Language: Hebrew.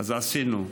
אז עשינו.